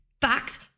fact